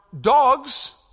dogs